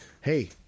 hey